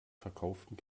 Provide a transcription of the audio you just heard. verkauften